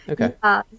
okay